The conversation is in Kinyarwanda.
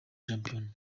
shampiyona